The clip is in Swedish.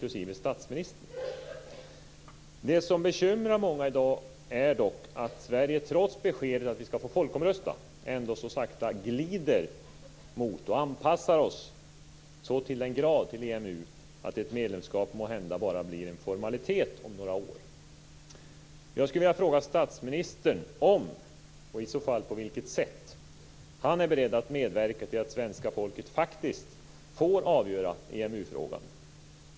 Det som bekymrar många i dag är dock att vi i Sverige, trots beskedet att vi skall få folkomrösta, ändå så sakta glider mot och så till den grad anpassar oss till EMU att ett medlemskap måhända bara blir en formalitet om några år. Jag skulle vilja fråga statsministern om och i så fall på vilket sätt han är beredd att medverka till att svenska folket faktiskt får avgöra EMU-frågan.